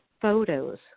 photos